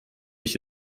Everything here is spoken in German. ich